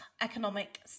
economic